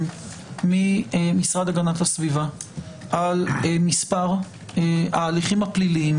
מהמשרד להגנת הסביבה על מספר ההליכים הפליליים